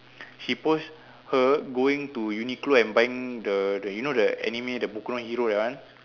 she post her going to Uniqlo and buying the the you know the anime the hero that one